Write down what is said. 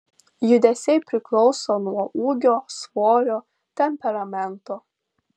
judesiai priklauso nuo ūgio svorio temperamento